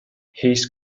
his